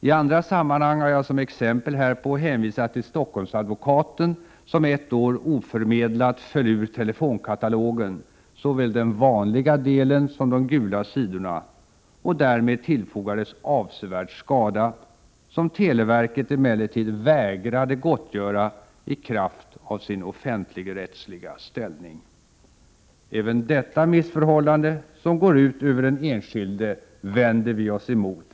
I andra sammanhang har jag som exempel härpå hänvisat till Stockholmsadvokaten som ett år oförmedlat föll ur telefonkatalogen — såväl den vanliga delen som de gula sidorna — och därmed tillfogades avsevärd skada, som televerket emellertid vägrade gottgöra i kraft av sin offentligrättsliga ställning. Även detta missförhållande, som går ut över den enskilde, vänder vi oss emot i Prot.